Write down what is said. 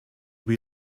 wie